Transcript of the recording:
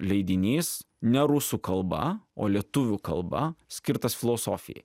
leidinys ne rusų kalba o lietuvių kalba skirtas filosofijai